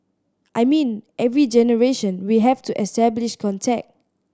I mean every generation we have to establish contact